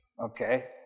okay